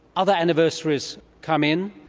other anniversaries come in,